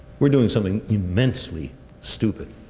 we are doing something immensely stupid.